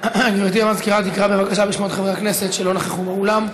גברתי המזכירה תקרא בבקשה בשמות חברי הכנסת שלא נכחו באולם.